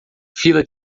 fila